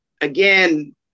again